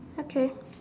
okay